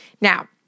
Now